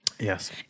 Yes